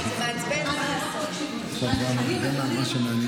זה לא קשור, אני חושבת לבד עוד הרבה.